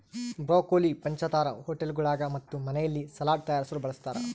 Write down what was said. broccoli ಪಂಚತಾರಾ ಹೋಟೆಳ್ಗುಳಾಗ ಮತ್ತು ಮನೆಯಲ್ಲಿ ಸಲಾಡ್ ತಯಾರಿಸಲು ಬಳಸತಾರ